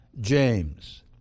James